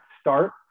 start